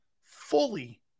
Fully